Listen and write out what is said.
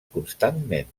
constantment